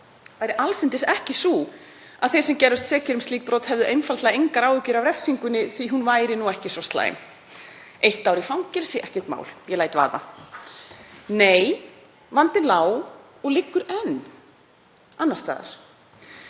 væri allsendis ekki sú að þeir sem gerðust sekir um slík brot hefðu einfaldlega engar áhyggjur af refsingunni því að hún væri ekki svo slæm. Eitt ár í fangelsi, ekkert mál, ég læt vaða. Nei, vandinn lá og liggur enn annars staðar.